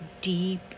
deep